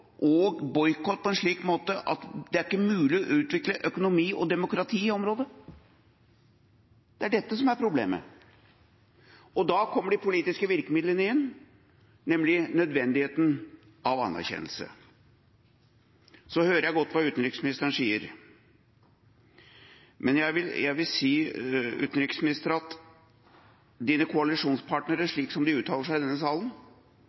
og boikott på en slik måte at det ikke er mulig å utvikle økonomi og demokrati i området. Det er dette som er problemet. Og da kommer de politiske virkemidlene inn, nemlig nødvendigheten av anerkjennelse. Jeg hører godt hva utenriksministeren sier, men jeg vil si at hans koalisjonspartnere, slik de uttaler seg i denne salen,